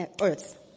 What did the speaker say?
earth